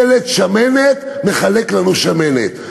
ילד שמנת מחלק לנו שמנת,